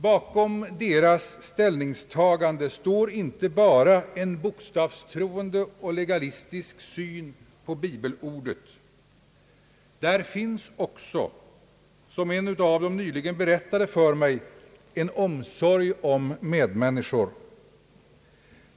Bakom deras ställningstagande står inte bara en bokstavstroende och legalistisk syn på bibelordet, där finns också — som en av dem nyligen berättade för mig — en omsorg om medmänniskor.